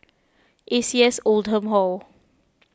A C S Oldham Hall